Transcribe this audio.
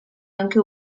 anche